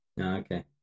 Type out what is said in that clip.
Okay